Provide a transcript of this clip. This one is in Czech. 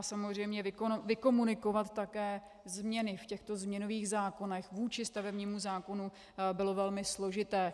A samozřejmě vykomunikovat také změny v těchto změnových zákonech vůči stavebnímu zákonu bylo velmi složité.